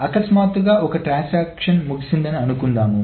అకస్మాత్తుగా ఒక ట్రాన్సాక్షన్ ముగిసింది అనుకుందాము